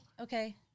Okay